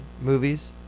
Movies